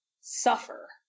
suffer